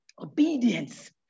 Obedience